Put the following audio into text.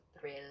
thrill